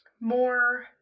more